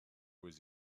was